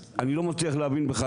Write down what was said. אני לא מצליח להבין בכלל,